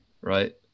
right